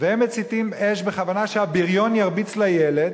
ומציתים אש בכוונה, שהבריון ירביץ לילד,